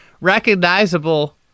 recognizable